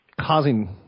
causing –